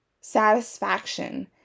satisfaction